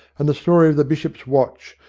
and the story of the bishop's watch,